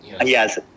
Yes